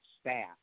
staff